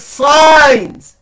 signs